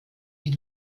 die